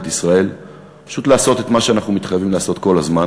ישראל זה פשוט לעשות את מה שאנחנו מתחייבים לעשות כל הזמן,